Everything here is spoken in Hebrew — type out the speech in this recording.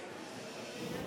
(חברי